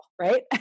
right